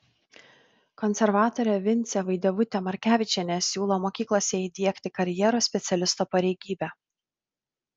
konservatorė vincė vaidevutė markevičienė siūlo mokyklose įdiegti karjeros specialisto pareigybę